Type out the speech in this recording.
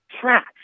Trash